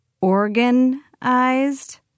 Organized